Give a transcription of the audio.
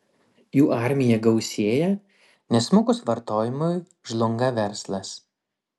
jų armija gausėja nes smukus vartojimui žlunga verslas